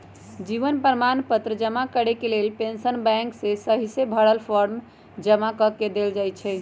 जीवन प्रमाण पत्र जमा करेके लेल पेंशन बैंक में सहिसे भरल फॉर्म जमा कऽ देल जाइ छइ